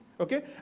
Okay